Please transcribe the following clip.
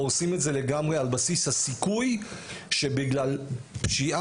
הורסים את זה לגמרי על בסיס הסיכוי שבגלל פשיעה